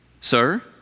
Sir